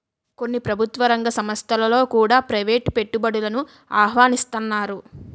కొన్ని ప్రభుత్వ రంగ సంస్థలలో కూడా ప్రైవేటు పెట్టుబడులను ఆహ్వానిస్తన్నారు